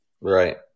Right